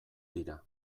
dira